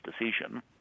decision